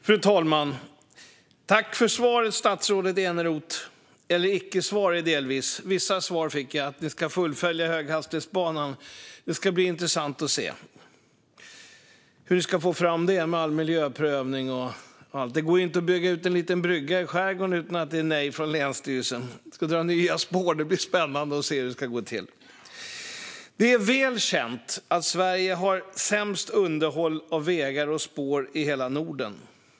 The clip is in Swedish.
Fru talman! Jag tackar statsrådet Eneroth för svaret - eller icke-svaret delvis. Vissa svar fick jag, som att ni ska fullfölja höghastighetsbanan. Det ska bli intressant att se hur ni ska få fram den med all miljöprövning och annat. Det går ju inte att ansöka om att bygga ut en liten brygga i skärgården utan att det blir nej från länsstyrelsen. Det blir spännande att se hur det ska gå till att dra nya spår. Det är väl känt att Sverige har sämst underhåll av vägar och spår i hela Norden.